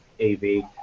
AV